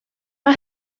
mae